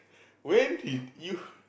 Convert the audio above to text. when did you